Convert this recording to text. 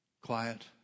Quiet